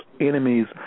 enemies